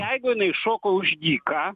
jeigu inai šoko už dyką